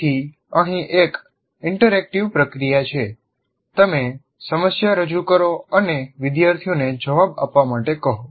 તેથી અહીં એક ઇન્ટરેક્ટિવ પ્રક્રિયા છે તમે સમસ્યા રજૂ કરો અને વિદ્યાર્થીઓને જવાબ આપવા માટે કહો